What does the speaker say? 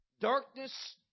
darkness